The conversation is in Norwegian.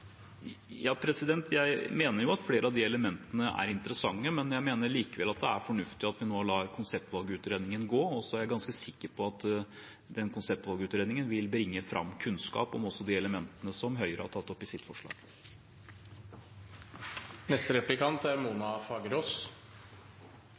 er fornuftig at vi nå lar konseptvalgutredningen gå. Jeg er ganske sikker på at den konseptvalgutredningen vil bringe fram kunnskap om også de elementene Høyre har tatt opp i sitt